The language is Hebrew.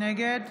נגד